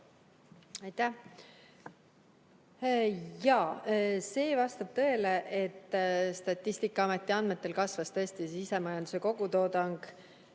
Aitäh! Jaa, see vastab tõele, et Statistikaameti andmetel kasvas Eesti sisemajanduse kogutoodang